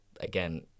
again